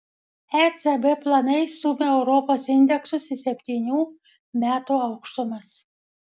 ecb planai stumia europos indeksus į septynių metų aukštumas